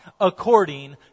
according